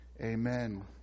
Amen